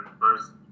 first